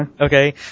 Okay